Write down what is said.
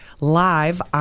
live